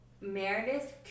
Meredith